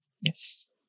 yes